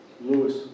Lewis